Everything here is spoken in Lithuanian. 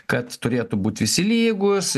kad turėtų būt visi lygūs